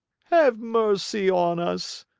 have mercy on us!